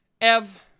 Ev